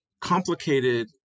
complicated